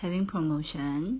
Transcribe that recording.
having promotion